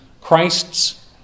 Christ's